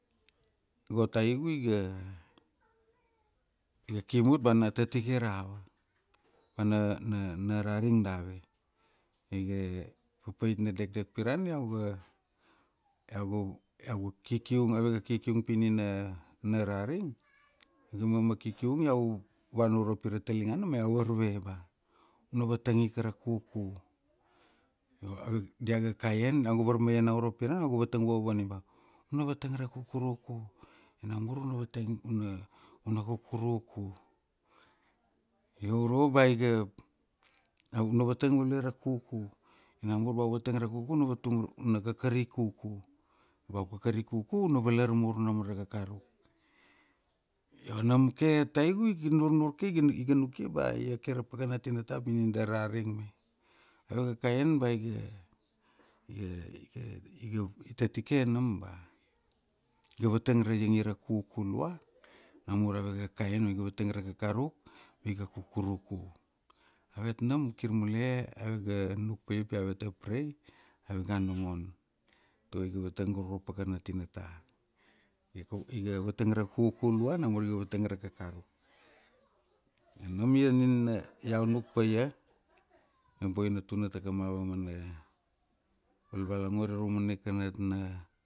go taigu iaga, iga kimut ba na tatike rava? Ba na, na raring dave? Iga papait na dekdek pirana, iauga ga, iau ga kiki ung, avega kiki ung pi ni na, na raring, iga mama kiki ung iau vana uro pira talingana ma iau varve ba, una vatang ika ra kuku. Io, diaga kaian, iau ga varmaianau uro pirana iau ga vatang vovonia ba, una vatang ra kukuruku. Io namur una vatnag, una, una kukuruku. Iauro ba iga, una vatang value ra kuku, io namur ba u vatang ra kuku, una vatang, una kakari kuku. Ba u kakarikuku una valarmur nam ra kakaruk. Io nam ke taigu iga nurnur ke, iga iga nukia ba, ia ke ra pakana tinata, pi nin da raring me. Avega kaian ba iga, iga, iga, iga, tatike nam ba, iga vatang ra iangi ra kuku lua, namur avega kaian iga vatang ra kakaruk, io iga kukuruku. Avet nam kirmule ave ga nukpaia pi aveta pray. Avega nongon. Togo iga vatang go raura pakana tinata. Ia ka, iga vatang ra kuku lua, namur iga vatang ra kakaruk. Io nam nina iau nuk paia, io boina tuna ta kama va mana, valvalognor ia raumana ika natna.